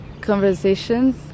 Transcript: conversations